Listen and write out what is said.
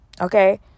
okay